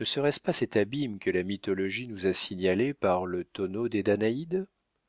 ne serait-ce pas cet abîme que la mythologie nous a signalé par le tonneau des danaïdes